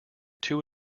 too